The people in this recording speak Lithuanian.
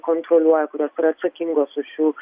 kontroliuoja kurios yra atsakingos už šių